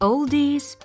Oldies